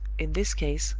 in this case,